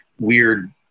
weird